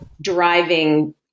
driving